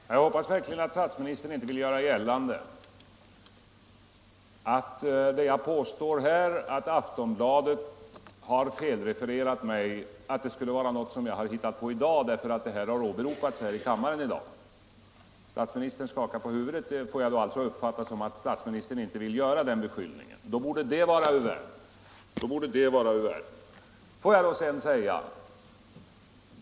Fru talman! Jag hoppas verkligen att statsministern inte vill göra gällande, när jag påstår att Aftonbladet har felrefererat mig, att detta skulle vara något som jag har hittat på i dag därför att referatet har åberopats här i kammardebatten. Statsministern skakar på huvudet. Det får jag alltså uppfatta så att statsministern inte vill göra den beskyllningen. Då borde saken vara ur världen.